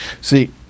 see